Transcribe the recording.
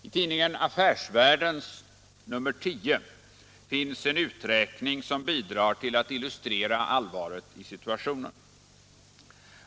I tidningen Affärsvärlden nr 10 finns en uträkning som bidrar till att illustrera allvaret i situationen.